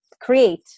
create